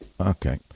Okay